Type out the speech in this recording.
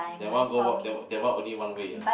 that one go what that that one only one way ah